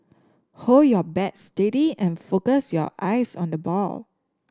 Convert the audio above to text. hold your bat steady and focus your eyes on the ball